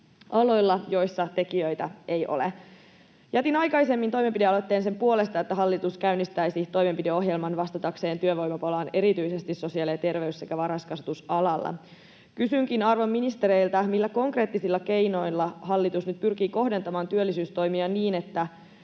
aloilla, joissa tekijöitä ei ole. Jätin aikaisemmin toimenpidealoitteen sen puolesta, että hallitus käynnistäisi toimenpideohjelman vastatakseen työvoimapulaan erityisesti sosiaali- ja terveys- sekä varhaiskasvatusalalla. Kysynkin arvon ministereiltä: millä konkreettisilla keinoilla hallitus nyt pyrkii kohdentamaan työllisyystoimia niin, että